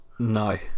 No